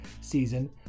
season